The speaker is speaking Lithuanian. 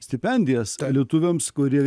stipendijas lietuviams kurie